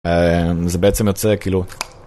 זה בעצם יוצא כאילו.